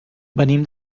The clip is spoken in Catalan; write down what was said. venim